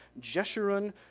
Jeshurun